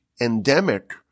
endemic